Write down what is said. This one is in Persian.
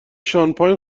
شانپاین